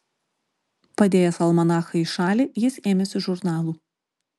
padėjęs almanachą į šalį jis ėmėsi žurnalų